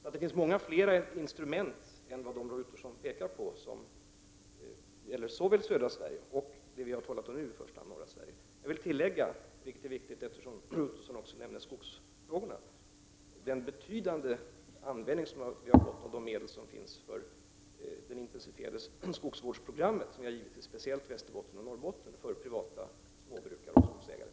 Så det finns många fler instrument än de som Roy Ottosson pekar på, instrument som gäller såväl södra Sverige som det som vi nu talar om, nämligen norra Sverige. Jag vill också framhålla, och det är viktigt, eftersom Roy Ottosson också nämnde skogsfrågorna, den betydande användning som vi har fått av de medel som finns för det intensifierade skogsvårdsprogrammet för speciellt Västerbotten och Norrbotten när det gäller privata småbrukare och skogsägare.